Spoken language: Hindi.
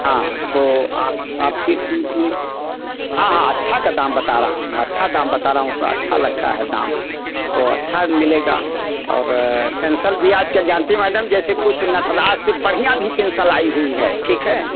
हाँ तो आप आप किस रूप में हाँ हाँ अच्छा का दाम बता रहा हूँ अच्छा दाम बता रहा हूँ थोड़ा अच्छा लगता है दाम तो अच्छा मिलेगा और पेन्सल भी आज कल जानती हैं मैडम जैसे कुछ नटराज से बढ़ियाँ भी पिन्सल आई हुई है ठीक है